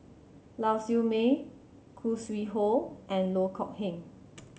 Lau Siew Mei Khoo Sui Hoe and Loh Kok Heng